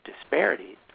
disparities